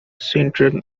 central